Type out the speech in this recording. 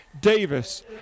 davis